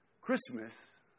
Christmas